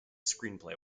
screenplay